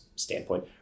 standpoint